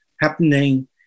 happening